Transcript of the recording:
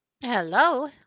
hello